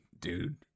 dude